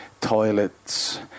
toilets